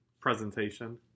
presentation